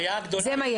זה מה יש.